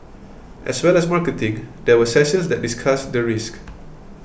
as well as marketing there were sessions that discussed the risks